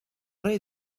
rei